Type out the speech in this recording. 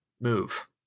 move